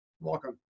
welcome